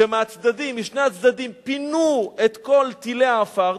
שמשני הצדדים פינו את כל תלי העפר,